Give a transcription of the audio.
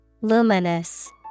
Luminous